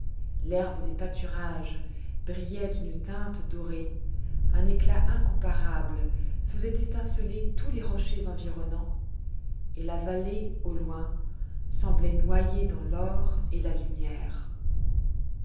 l'herbe des pâturages brillait d'une teinte dorée un éclat incomparable faisait étinceler tous les rochers environnants et la vallée au loin semblait noyée dans l'or et la lumière